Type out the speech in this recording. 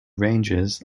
ranges